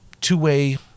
two-way